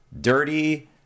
dirty